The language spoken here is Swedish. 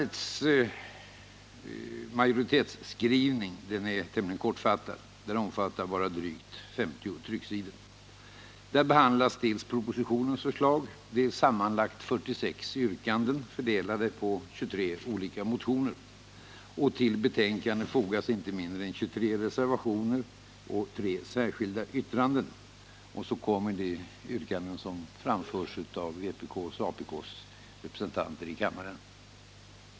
Utskottets majoritetsskrivning är tämligen kortfattad — den omfattar bara drygt 50 trycksidor. Där behandlas dels propositionens förslag, dels sammanlagt 46 yrkanden fördelade på 23 olika motioner. Till betänkandet fogas inte mindre än 24 reservationer och 3 särskilda yttranden. Till detta kommer de yrkanden som i kammaren framförs av vpk:s och apk:s representanter.